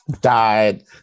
died